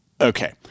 Okay